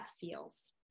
feels